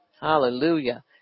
Hallelujah